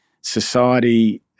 society